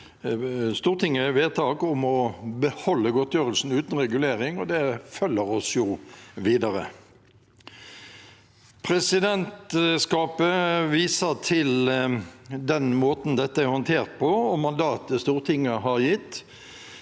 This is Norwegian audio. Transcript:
den gangen vedtak om å beholde godtgjørelsen uten regulering, og det følger oss jo videre. Presidentskapet viser til den måten dette er håndtert på, og til mandatet Stortinget har gitt.